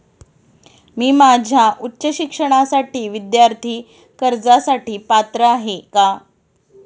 मी माझ्या उच्च शिक्षणासाठी विद्यार्थी कर्जासाठी पात्र आहे का?